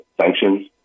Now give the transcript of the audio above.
sanctions